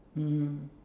mmhmm